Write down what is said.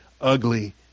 ugly